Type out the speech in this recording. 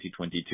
2022